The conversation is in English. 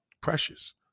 Precious